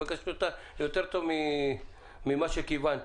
אבל הגשת אותה יותר טוב ממה שכיוונתי,